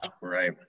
right